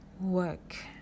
work